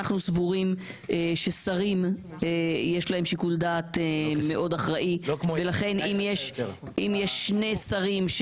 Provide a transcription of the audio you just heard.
אנחנו סבורים ששרים יש להם שיקול דעת מאוד אחראי ולכן אם יש שני שרים,